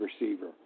receiver